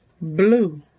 blue